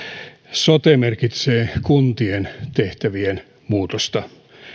sote merkitsee kuntien tehtävien muutosta